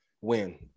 win